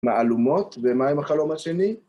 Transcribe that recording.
מהלומות, ומה עם החלום השני?